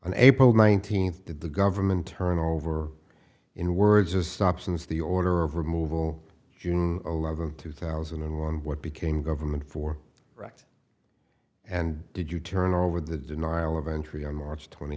on april nineteenth did the government turn over in words just options the order of removal june eleventh two thousand and one what became government for right and did you turn over the denial of entry on march twenty